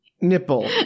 nipple